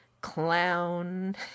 clown